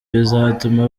bizatuma